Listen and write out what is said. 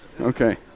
Okay